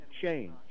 change